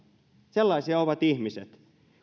sellaisia ovat ihmiset